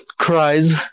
cries